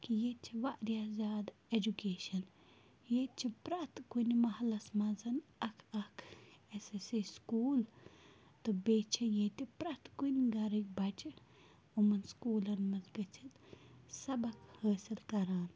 کہِ ییٚتہِ چھِ واریاہ زیادٕ اٮ۪جُکیشَن ییٚتہِ چھِ پرٛٮ۪تھ کُنہِ مَحلَس منٛز اَکھ اَکھ اٮ۪س اٮ۪س اے سٕکوٗل تہٕ بیٚیہِ چھِ ییٚتہِ پرٛٮ۪تھ کُنہِ گَرٕکۍ بَچہٕ یِمَن سٕکوٗلَن منٛز گَژِھتھ سبق حٲصِل کَران